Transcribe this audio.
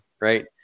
right